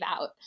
out